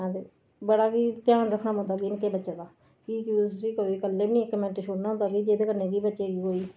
आं ते बड़ा के ध्यान रक्खना पौंदा निक्के बच्चे दा की के उसगी कोई कल्ले बी नी इक मैंट छोड़ना होंदा भाई जेह्दे कन्नै भाई बच्चे गी